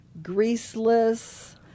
Greaseless